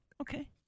Okay